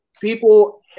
people